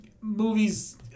movies